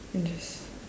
and just